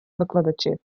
викладачів